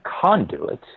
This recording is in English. conduit